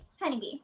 Honeybee